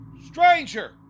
Stranger